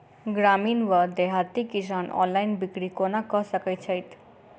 ग्रामीण वा देहाती किसान ऑनलाइन बिक्री कोना कऽ सकै छैथि?